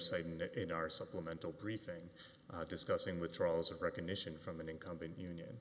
side in our supplemental briefing discussing withdrawals of recognition from an incumbent union